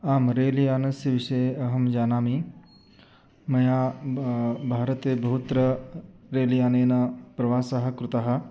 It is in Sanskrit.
आम् रेल्यानस्य विषये अहं जानामि मया भारते बहुत्र रेल्यानेन प्रवासः कृतः